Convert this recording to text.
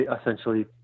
essentially